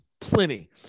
plenty